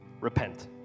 repent